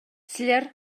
силер